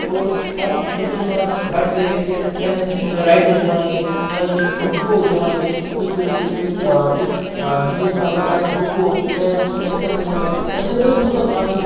اور پَتہٕ مُسلمان بَٹکٲوِکھ کہِ تۄہہِ ہَسا چھُنہٕ رایٹٕز دِوان کینٛہہ تۄہہِ ہَسا چھُنہٕ حقوٗق دِوان کینٛہہ تُہۍ کٔرِو سا تُہۍ تُہۍ ہیٚیِو سا یِمَن پَنٕںۍ حقوٗق تۄہہِ ہَسا چھُ نہٕ اٮ۪سَمبٔلی یَن منٛز یعنے لٔگۍ مُسلمانَن